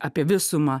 apie visumą